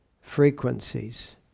frequencies